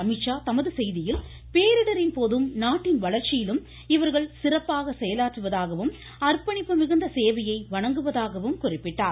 அமித்ஷா தமது செய்தியில் பேரிடரின் போதும் நாட்டின் வளர்ச்சியிலும் இவர்கள் சிறப்பாக செயலாற்றுவதாகவும் அர்ப்பணிப்பு மிகுந்த சேவையை வணங்குவதாகவும் குறிப்பிட்டார்